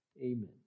Amen